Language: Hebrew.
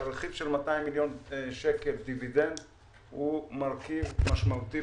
שהרכיב של 200 מיליון שקל דיבידנד הוא מרכיב משמעותי